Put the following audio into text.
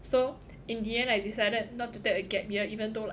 so in the end I decided not to take a gap year even though